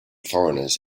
foreigners